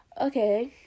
okay